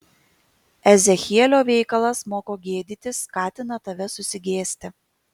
ezechielio veikalas moko gėdytis skatina tave susigėsti